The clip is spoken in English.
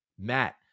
Matt